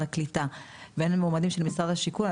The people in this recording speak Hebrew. הקליטה ואין מועמדים של משרד השיכון,